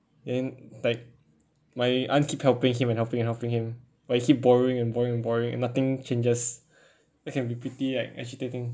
then like my aunt keep helping him and helping and helping him but he keep borrowing and borrowing borrowing nothing changes that can be pretty like agitating